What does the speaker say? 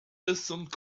listened